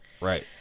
Right